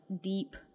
deep